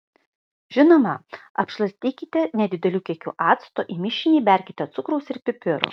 žinoma apšlakstykite nedideliu kiekiu acto į mišinį įberkite cukraus ir pipirų